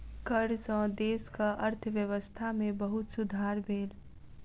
कर सॅ देशक अर्थव्यवस्था में बहुत सुधार भेल